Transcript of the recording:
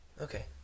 Okay